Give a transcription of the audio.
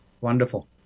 Wonderful